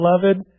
beloved